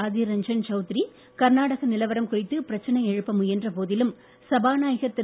அதிர்ரஞ்சன் சவுத்திரி கர்நாடக நிலவரம் குறித்து பிரச்சனை எழுப்ப முயன்ற போதிலும் சபாநாயகர் திரு